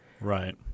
Right